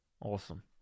Awesome